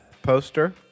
Poster